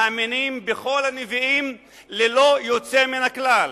מאמינים בכל הנביאים, ללא יוצא מן הכלל.